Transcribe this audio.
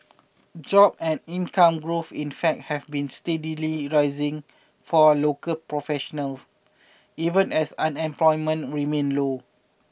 job and income growth in fact have been steadily rising for a local professional even as unemployment remained low